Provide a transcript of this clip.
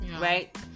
right